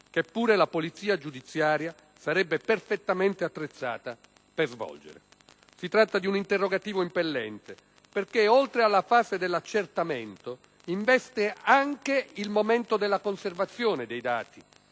che pure la polizia giudiziaria sarebbe perfettamente attrezzata per svolgere. Si tratta di un interrogativo impellente perché, oltre alla fase dell'accertamento, investe anche il momento della conservazione di dati